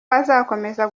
azakomeza